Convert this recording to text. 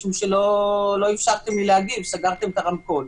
אבל סגרתם את הרמקול.